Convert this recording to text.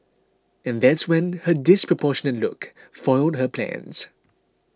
and that's when her disproportionate look foiled her plans